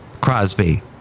Crosby